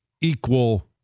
equal